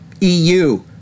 EU